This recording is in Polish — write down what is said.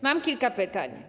Mam kilka pytań.